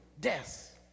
death